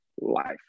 life